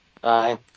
bye